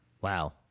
Wow